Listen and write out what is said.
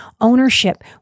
ownership